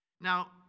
Now